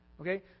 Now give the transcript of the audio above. Okay